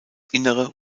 innere